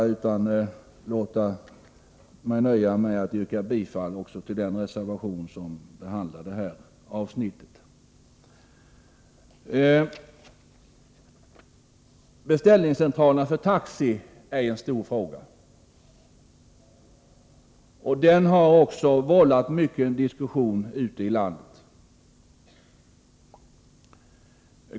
Beställningscentraler för taxi är en stor fråga, och den har också vållat mycken diskussion ute i landet.